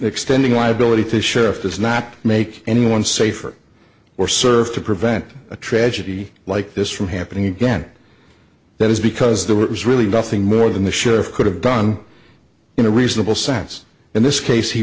extending liability to sheriff does not make anyone safer or serve to prevent a tragedy like this from happening again that is because there was really nothing more than the sheriff could have done in a reasonable sense in this case he